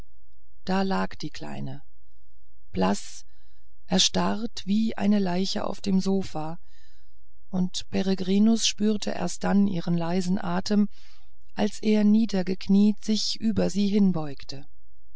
da lag die kleine blaß erstarrt wie eine leiche auf dem sofa und peregrinus spürte erst dann ihren leisen atem als er niedergekniet sich über sie